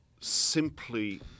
simply